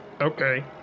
okay